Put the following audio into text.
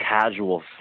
casual